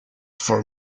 for